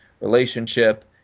relationship